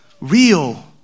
Real